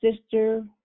sister